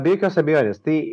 be jokios abejonės tai